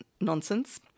nonsense